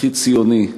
הכי ציוני,